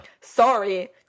Sorry